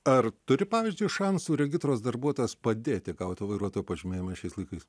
ar turi pavyzdžiui šansų regitros darbuotojas padėti gauti vairuotojo pažymėjimą šiais laikais